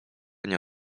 nie